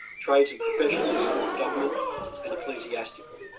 trades and professions, government and ecclesiastical.